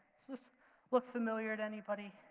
this this look familiar to anybody?